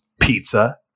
pizza